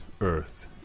Earth